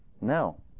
No